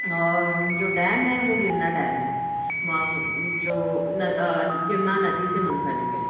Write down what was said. اور جو ڈیم ہے وہ گرنا ڈیم ہے جو گرنا ندی سے منسلک ہے